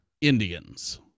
Indians